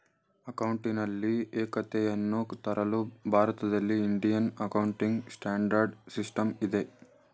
ಅಕೌಂಟಿನಲ್ಲಿ ಏಕತೆಯನ್ನು ತರಲು ಭಾರತದಲ್ಲಿ ಇಂಡಿಯನ್ ಅಕೌಂಟಿಂಗ್ ಸ್ಟ್ಯಾಂಡರ್ಡ್ ಸಿಸ್ಟಮ್ ಇದೆ